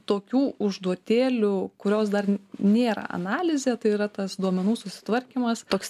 tokių užduotėlių kurios dar nėra analizė tai yra tas duomenų susitvarkymas toks